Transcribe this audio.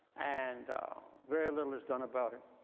and very little is done about it.